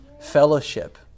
fellowship